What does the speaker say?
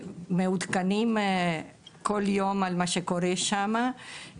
ומעודכנים כל יום על מה שקורה שמה.